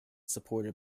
supported